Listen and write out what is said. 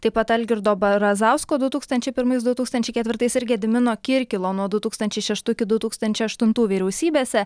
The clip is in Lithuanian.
taip pat algirdo brazausko du tūkstančiai pirmais du tūkstančiai ketvirtais ir gedimino kirkilo nuo du tūkstančiai šeštų iki du tūkstančiai aštuntų vyriausybėse